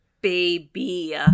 baby